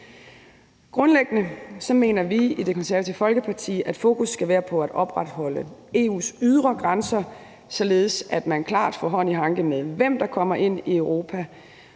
Grundlæggende mener vi i Det Konservative Folkeparti, at fokus skal være på at opretholde EU's ydre grænser, således at man klart får hånd i hanke med, hvem der kommer ind i Europa.